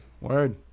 Word